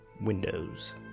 Windows